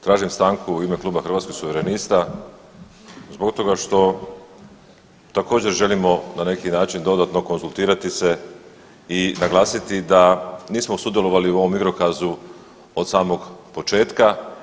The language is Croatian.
Tražim stanku u ime Kluba Hrvatskih suverenista, zbog toga što također, želimo na neki način dodatno konzultirati se i naglasiti da nismo sudjelovali u ovom igrokazu od samog početka.